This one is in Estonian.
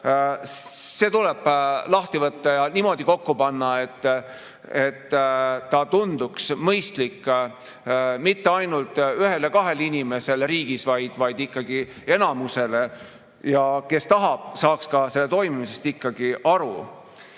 tuleb lahti võtta ja niimoodi kokku panna, et see tunduks mõistlik mitte ainult ühele-kahele inimesele riigis, vaid ikkagi enamusele. Kes tahab, peab selle toimimisest ikkagi aru